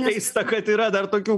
keista kad yra dar tokių